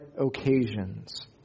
occasions